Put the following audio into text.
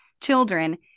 children